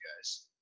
guys